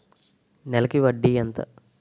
నెలకి వడ్డీ ఎంత?